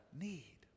need